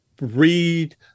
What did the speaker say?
read